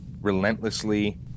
relentlessly